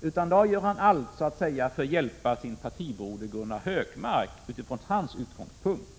utan i dag gör han allt för att hjälpa sin partibroder Gunnar Hökmark utifrån dennes utgångspunkt.